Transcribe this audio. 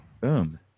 Boom